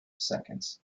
seconds